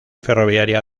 ferroviaria